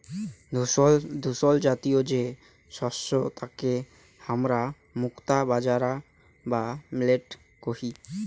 ধূসরজাতীয় যে শস্য তাকে হামরা মুক্তা বাজরা বা মিলেট কহি